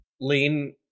lean